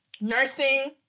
nursing